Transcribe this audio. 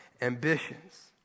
ambitions